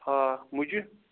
ہاکھ مُجہِ